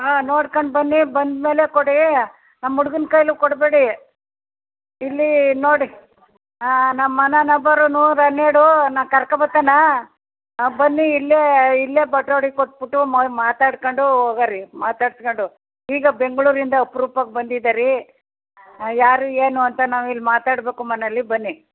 ಹಾಂ ನೋಡ್ಕಂಡು ಬನ್ನಿ ಬಂದ ಮೇಲೆ ಕೊಡಿ ನಮ್ಮ ಹುಡ್ಗನ್ನ ಕೈಲೂ ಕೊಡಬೇಡಿ ಇರಲಿ ನೋಡಿ ನಮ್ಮ ಮನೆ ನಂಬರು ನೂರಾ ಹನ್ನೆರಡು ನಾನು ಕರ್ಕೋ ಬರ್ತೇನೆ ಬನ್ನಿ ಇಲ್ಲೇ ಇಲ್ಲೇ ಬಟ್ವಾಡೆ ಕೊಟ್ಬಿಟ್ಟು ಮಾತಾಡ್ಕೊಂಡು ಹೋಗಿರಿ ಮಾತಾಡ್ಸ್ಕೊಂಡು ಈಗ ಬೆಂಗಳೂರಿಂದ ಅಪ್ರೂಪಕ್ಕೆ ಬಂದಿದೀರ ರೀ ಯಾರೂ ಏನು ಅಂತ ನಾವಿಲ್ಲಿ ಮಾತಾಡಬೇಕು ಮನೇಲ್ಲಿ ಬನ್ನಿ